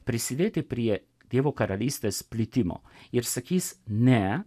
prisidėti prie dievo karalystės plitimo ir sakys ne